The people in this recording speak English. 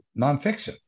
nonfiction